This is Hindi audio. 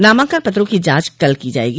नामांकन पत्रों की जांच कल की जाएगी